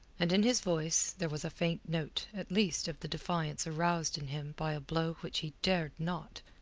and in his voice there was a faint note at least of the defiance aroused in him by a blow which he dared not,